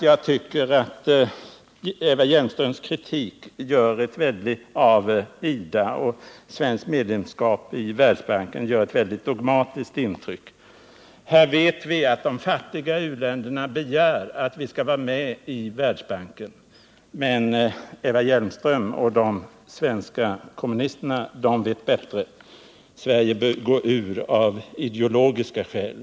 Jag tycker att Eva Hjelmströms kritik av IDA och det svenska medlemskapet i Världsbanken gör ett mycket dogmatiskt intryck. Vi vet att de fattiga u-länderna begär att vi skall vara med i Världsbanken — men Eva Hjelmström och de svenska kommunisterna vet bättre: Sverige bör gå ur Världsbankenav Nr 135 ideologiska skäl.